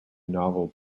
novel